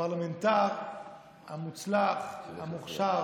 הפרלמנטר המוצלח, המוכשר,